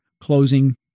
closing